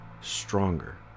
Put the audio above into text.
stronger